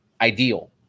ideal